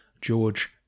George